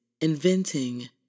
inventing